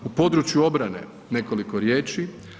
U području obrane, nekoliko riječi.